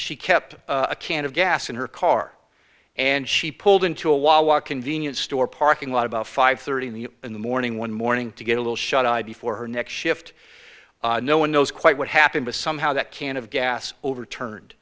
she kept a can of gas in her car and she pulled into a walk convenience store parking lot about five thirty in the in the morning one morning to get a little shut eye before her next shift no one knows quite what happened was somehow that can of gas overturned